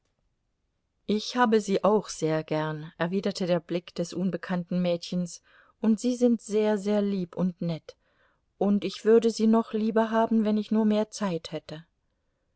ich habe sie auch sehr gern erwiderte der blick des unbekannten mädchens und sie sind sehr sehr lieb und nett und ich würde sie noch lieber haben wenn ich nur mehr zeit hätte